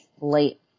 late